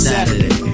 Saturday